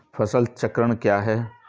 फसल चक्रण क्या है?